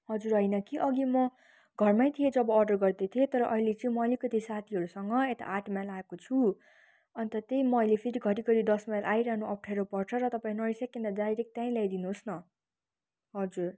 हजुर होइन कि अघि म घरमै थिएँ जब अर्डर गर्दै थिएँ तर अहिले चाहिँ म अलिकति साथीहरूसँग यता आठ माइल आएको छु अन्त चाहिँ म अहिले फेरि घरि घरि दस माइल आइरहनु अप्ठ्यारो पर्छ र तपाईँ नरिसाइकन डाइरेक्ट त्यहीँ ल्याइदिनुहोस् न हजुर